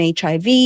HIV